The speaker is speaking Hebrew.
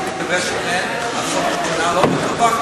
נקווה, עד סוף השנה לא בטוח.